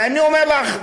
ואני אומר לך,